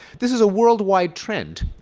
this is a worldwide trend.